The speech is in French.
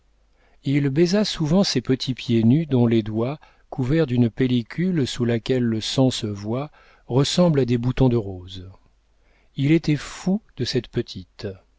il baisa souvent ces petits pieds nus dont les doigts couverts d'une pellicule sous laquelle le sang se voit ressemblent à des boutons de rose il était fou de cette petite